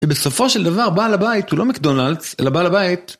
ובסופו של דבר בעל הבית הוא לא מקדונלדס, אלא בעל הבית.